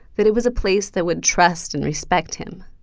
that it was a place that would trust and respect him.